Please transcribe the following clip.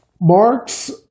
Marx